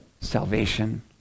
salvation